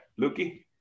Luki